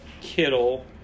kittle